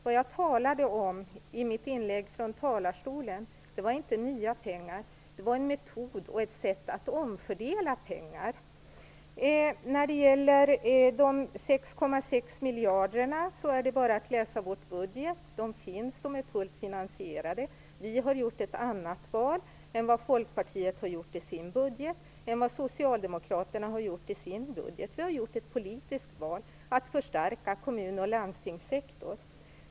Det jag talade om i mitt inlägg från talarstolen var inte nya pengar. Det var en metod och ett sätt att omfördela pengar. När det gäller de 6,6 miljarderna är det bara att läsa vår budget. De finns där, och de är fullt finansierade. Vänsterpartiet har gjort ett annat val än vad Folkpartiet har gjort i sin budget och än vad Socialdemokraterna har gjort sin budget. Vi har gjort ett politiskt val att förstärka kommun och landstingssektorn.